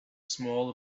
small